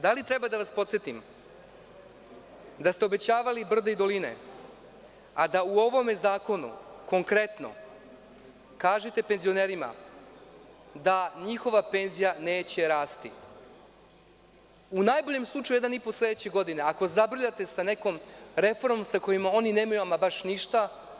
Da li treba da vas podsetim da ste obećavali brda i doline, a da u ovome zakonu konkretno kažete penzionerima da njihova penzija neće rasti, u najboljem slučaju jedan i po sledeće godine, ako zabrljate sa nekom reformom sa kojom oni nemaju ama baš ništa?